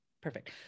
Perfect